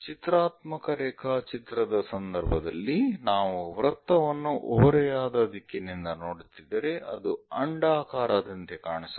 ಚಿತ್ರಾತ್ಮಕ ರೇಖಾಚಿತ್ರದ ಸಂದರ್ಭದಲ್ಲಿ ನಾವು ವೃತ್ತವನ್ನು ಓರೆಯಾದ ದಿಕ್ಕಿನಿಂದ ನೋಡುತ್ತಿದ್ದರೆ ಅದು ಅಂಡಾಕಾರದಂತೆ ಕಾಣಿಸಬಹುದು